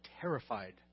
terrified